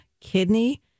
kidney